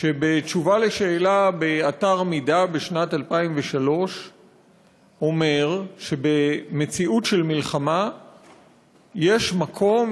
שבתשובה על שאלה באתר "מידה" בשנת 2003 אומר שבמציאות של מלחמה יש מקום,